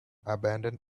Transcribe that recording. abandoned